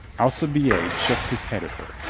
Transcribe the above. alcibiade shook his head at her.